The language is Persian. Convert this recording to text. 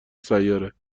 سیاره